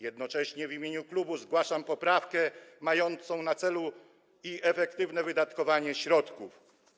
Jednocześnie w imieniu klubu zgłaszam poprawkę mającą na celu efektywne wydatkowanie środków.